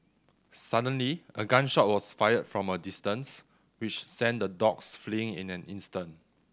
suddenly a gun shot was fired from a distance which sent the dogs fleeing in an instant